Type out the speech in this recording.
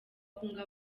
kwunga